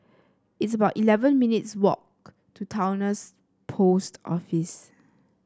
it's about eleven minutes' walk to Towner's Post Office